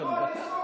מקשיב